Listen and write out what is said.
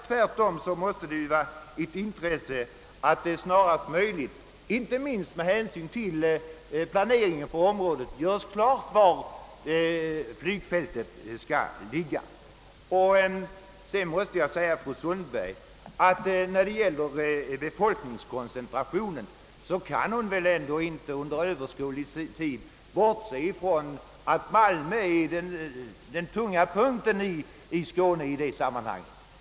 Tvärtom måste det, inte minst med hänsyn till planeringen av området, ligga i de ras intresse att det snarast möjligt görs klart var flygfältet skall placeras. Vad sedan befolkningskoncentrationen beträffar kan väl fru Sundberg inte under överskådlig tid bortse från att Malmö är den tunga punkten i Skåne i detta sammanhang.